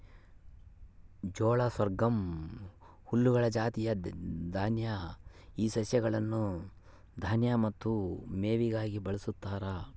ಜೋಳ ಸೊರ್ಗಮ್ ಹುಲ್ಲುಗಳ ಜಾತಿಯ ದಾನ್ಯ ಈ ಸಸ್ಯಗಳನ್ನು ದಾನ್ಯ ಮತ್ತು ಮೇವಿಗಾಗಿ ಬಳಸ್ತಾರ